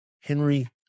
Henry